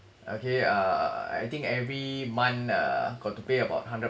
okay uh I think every month uh got to pay about hundred